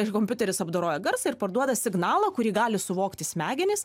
ir kompiuteris apdoroja garsą ir perduoda signalą kurį gali suvokti smegenys